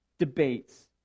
debates